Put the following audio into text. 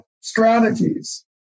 strategies